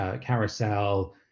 carousel